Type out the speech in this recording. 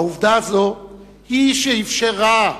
העובדה הזאת היא שאפשרה,